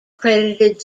credited